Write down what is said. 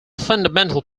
fundamental